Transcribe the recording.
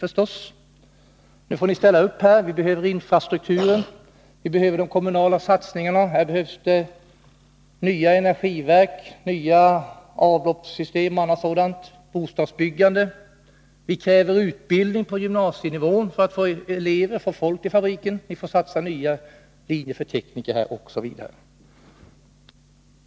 Från företaget sade man: Vi behöver infrastruktur; vi behöver 139 kommunala satsningar; här behövs ett nytt energiverk, nytt avloppssystem; bostadsbyggande; vi kräver utbildning på gymnasienivå för att få folk till fabriken; ni får satsa på nya linjer för tekniker osv.